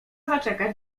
zaczekać